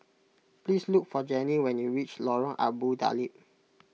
please look for Jenny when you reach Lorong Abu Talib